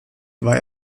war